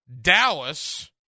Dallas